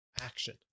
action